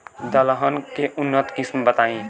दलहन के उन्नत किस्म बताई?